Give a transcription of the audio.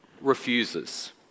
refuses